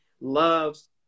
loves